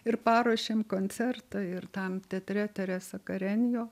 ir paruošėm koncertą ir tam teatre teresa karenijo